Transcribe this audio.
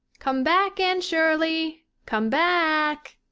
come back, anne shirley come back,